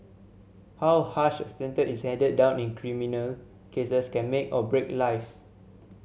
how harsh a sentence is handed down in criminal cases can make or break lives